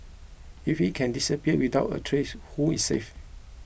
if he can disappear without a trace who is safe